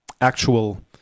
actual